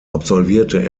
absolvierte